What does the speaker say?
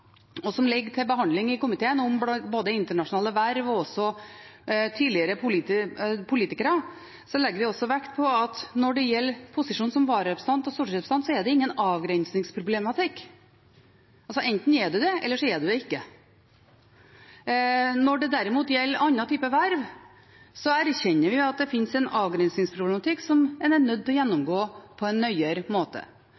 og som ligger til behandling i komiteen, om både internasjonale verv og tidligere politikere, at når det gjelder posisjonen som vararepresentant eller som stortingsrepresentant, er det ingen avgrensningsproblematikk: Enten er en det, eller så er en det ikke. Når det derimot gjelder andre typer verv, erkjenner vi at det finnes en avgrensingsproblematikk som en er nødt til å